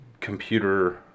computer